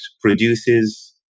produces